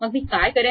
मग मी काय करेन